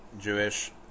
Jewish